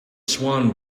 swan